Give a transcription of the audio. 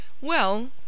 Well